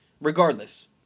regardless